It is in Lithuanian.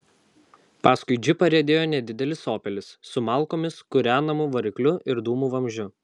paskui džipą riedėjo nedidelis opelis su malkomis kūrenamu varikliu ir dūmų vamzdžiu